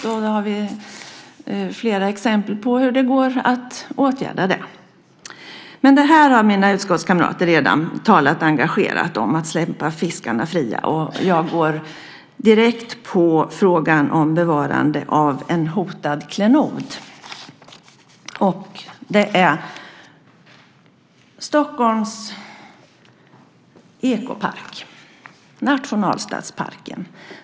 Det finns flera exempel på hur det går att åtgärda det. Men mina utskottskamrater har redan engagerat talat om att släppa fiskarna fria, så jag går direkt in på frågan om bevarande av en hotad klenod, nämligen Stockholms ekopark - nationalstadsparken.